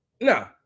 No